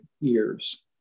years